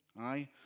aye